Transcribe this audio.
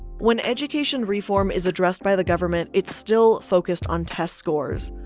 when education reform is addressed by the government, it's still focused on test scores.